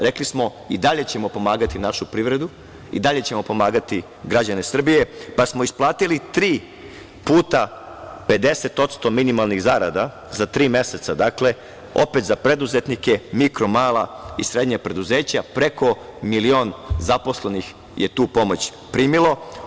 Rekli smo – i dalje ćemo pomagati našu privredu, i dalje ćemo pomagati građane Srbije, pa smo isplatili tri puta 50% minimalnih zarada za tri meseca opet za preduzetnike, mikro, mala i srednja preduzeća, preko milion zaposlenih je tu pomoć primilo.